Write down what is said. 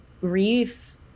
grief